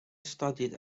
studied